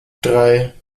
drei